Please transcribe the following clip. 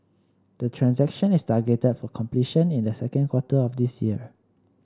the transaction is targeted for completion in the second quarter of this year